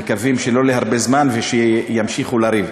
מקווים שלא להרבה זמן ושימשיכו לריב.